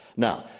now,